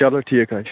چَلو ٹھیٖک حظ چھُ